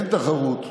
אין תחרות.